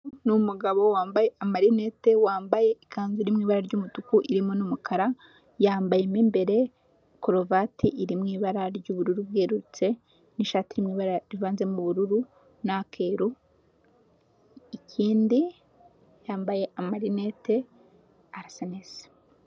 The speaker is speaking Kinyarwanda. Ni umugabo wambaye amarinete, wambaye ikanzu iri mu ibara ry'umutuku irimo n'umukara, yambaye imbere karuvate iri mu ibara ry'ubururu bwerurutse n'ishati ivanze mu ubururu n'akeru. Ikindi yambaye amarinete arasa neza.